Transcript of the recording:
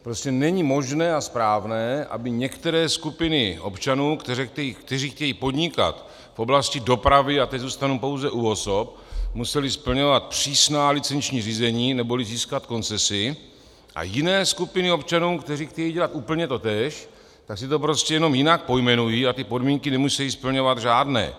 Prostě není možné a správné, aby některé skupiny občanů, kteří chtějí podnikat v oblasti dopravy, a teď zůstanu pouze u osob, musely splňovat přísná licenční řízení, neboli získat koncesi, a jiné skupiny občanů, kteří chtějí dělat úplně totéž, si to prostě jenom jinak pojmenují a ty podmínky nemusejí splňovat žádné.